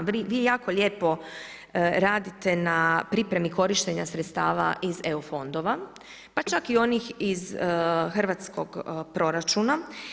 Vi jako lijepo radite na pripremi korištenja sredstava iz EU fondova pa čak i onih iz hrvatskog proračuna.